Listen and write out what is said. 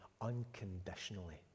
unconditionally